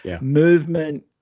Movement